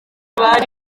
bari